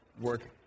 work